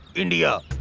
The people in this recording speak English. india.